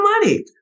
money